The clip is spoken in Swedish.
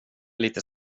lite